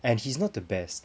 and he's not the best